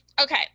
Okay